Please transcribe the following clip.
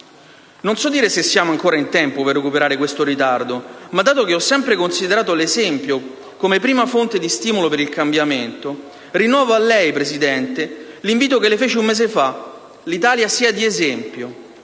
Non so dire se siamo ancora in tempo per recuperare questo ritardo, ma dato che ho sempre considerato l'esempio come prima fonte di stimolo per il cambiamento, rinnovo a lei, signor Presidente del Consiglio, l'invito che le feci un mese fa: l'Italia sia di esempio.